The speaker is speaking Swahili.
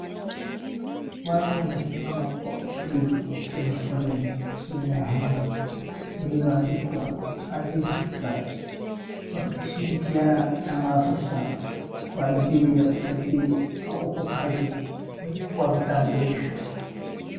Watu wamesimama kwa utulivu kwenye foleni chini ya hema lililoandikwa identity cards , Wakishirikiana na maafisa kwa ajili ya usajili au upokeaji wa vitambulisho.